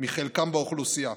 מחלקם באוכלוסייה.